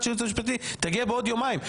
של היועץ המשפטי תגיע בעוד יומיים.